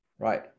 Right